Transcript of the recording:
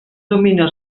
domina